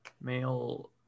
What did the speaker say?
male